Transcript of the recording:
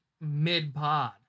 mid-pod